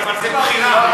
אבל זו בחירה.